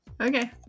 Okay